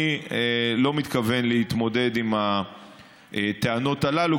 אני לא מתכוון להתמודד עם הטענות הללו,